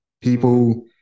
people